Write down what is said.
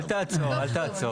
אל תעצור, אל תעצור.